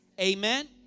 amen